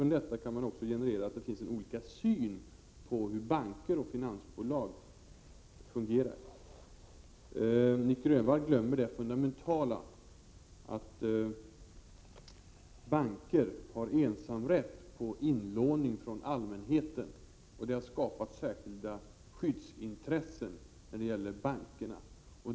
Utifrån detta kan man också generera att det finns olika syn på hur banker och på hur finansbolag fungerar. Nic Grönvall glömmer det fundamentala att banker har ensamrätt på inlåning från allmänheten och att det har skapat särskilda skyddsintressen när det gäller bankerna.